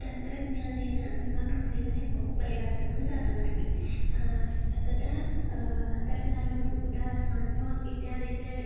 तन्त्रज्ञानेन अस्माकं जीवने बहु परिवर्तनं जातमस्ति तत्र अन्तर्जालम् उत स्मार्ट् फोन् इत्यादिकम्